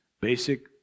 basic